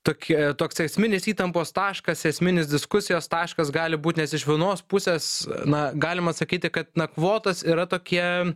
tokia toks esminis įtampos taškas esminis diskusijos taškas gali būt nes iš vienos pusės na galima sakyti kad na kvotos yra tokie